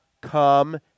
Come